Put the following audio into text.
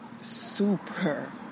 super